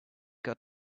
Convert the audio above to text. got